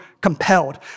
compelled